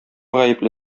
гаепле